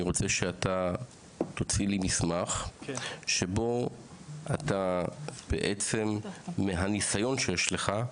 אני רוצה שאתה תוציא לי מסמך שבו אתה בעצם מהניסיון שיש לך,